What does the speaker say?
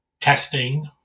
testing